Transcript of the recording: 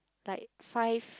like five